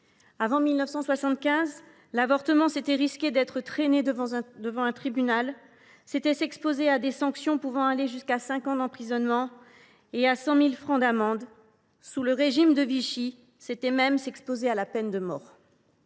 Avant 1975, l’avortement, c’était risquer d’être traîné devant un tribunal, c’était s’exposer à des sanctions pouvant aller jusqu’à cinq ans d’emprisonnement et à 100 000 francs d’amende. Sous le régime de Vichy, c’était même s’exposer à la peine de mort.